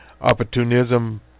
opportunism